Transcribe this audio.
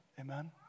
Amen